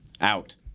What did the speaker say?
Out